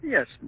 Yes